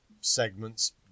segments